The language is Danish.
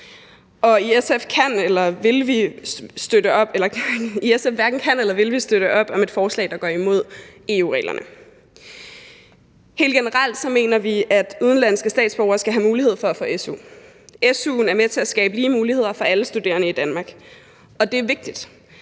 kan eller vil vi støtte op om et forslag, der går imod EU-reglerne. Helt generelt mener vi, at udenlandske statsborgere skal have mulighed for at få su. Su'en er med til at skabe lige muligheder for alle studerende i Danmark, og det er vigtigt,